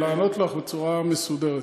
לענות לך בצורה מסודרת.